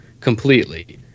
completely